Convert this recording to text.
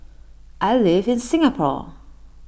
I live in Singapore